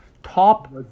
Top